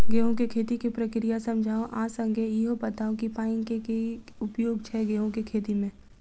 गेंहूँ केँ खेती केँ प्रक्रिया समझाउ आ संगे ईहो बताउ की पानि केँ की उपयोग छै गेंहूँ केँ खेती में?